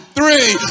three